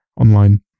online